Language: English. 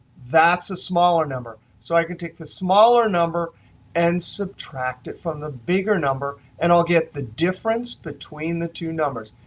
that's a smaller number. so i can take a smaller number and subtract it from the bigger number, and i'll get the difference between the two numbers.